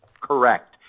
correct